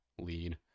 lead